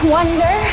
Wonder